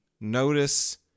notice